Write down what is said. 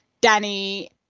Danny